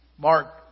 Mark